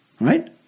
right